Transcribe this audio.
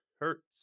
Hurts